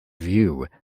view